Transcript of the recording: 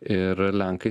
ir lenkai